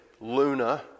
luna